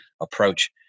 approach